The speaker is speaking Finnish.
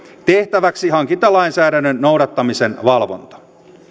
tehtäväksi hankintalainsäädännön noudattamisen valvonta